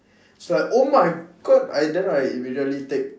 so I oh my god I then I immediately take